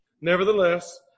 Nevertheless